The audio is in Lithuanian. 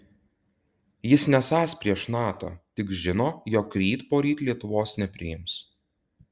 jis nesąs prieš nato tik žino jog ryt poryt lietuvos nepriims